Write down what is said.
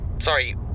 Sorry